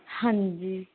ਹਾਂਜੀ